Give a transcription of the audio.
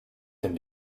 dem